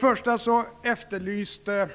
Först efterlyste